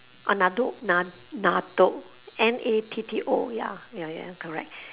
oh N A T T O ya ya ya correct